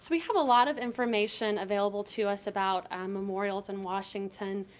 so we have a lot of information available to us about memorials in washington.